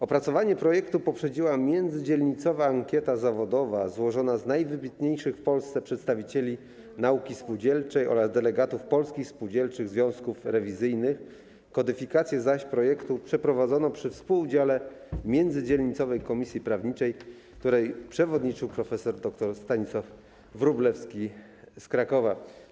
Opracowanie projektu poprzedziła międzydzielnicowa ankieta zawodowa złożona z najwybitniejszych w Polsce przedstawicieli nauki spółdzielczej oraz delegatów Polskich Spółdzielczych Związków Rewizyjnych, kodyfikację zaś projektu przeprowadzono przy współudziale międzydzielnicowej komisji prawniczej, której przewodniczył prof. dr Stanisław Wróblewski z Krakowa.